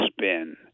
spin